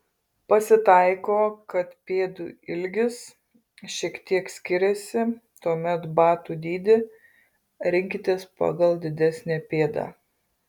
pasitaiko kad pėdų ilgis šiek tiek skiriasi tuomet batų dydį rinkitės pagal didesnę pėdą